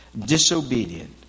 disobedient